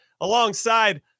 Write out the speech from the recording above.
alongside